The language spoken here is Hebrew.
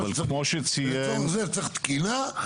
ולצורך זה צריך תקינה,